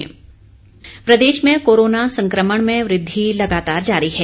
Himachal corona Pradesh में corona संक्रमण में वृद्धि लगातार जारी है